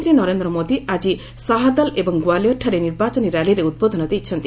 ପ୍ରଧାନମନ୍ତ୍ରୀ ନରେନ୍ଦ୍ର ମୋଦି ଆକି ସାହାହଲ ଏବଂ ଗୁଆଲିୟର ଠାରେ ନିର୍ବାଚନୀ ର୍ୟାଲିରେ ଉଦ୍ବୋଧନ ଦେଇଛନ୍ତି